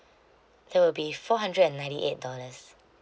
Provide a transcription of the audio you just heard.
that will be four hundred and ninety eight dollars